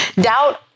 doubt